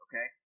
okay